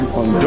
on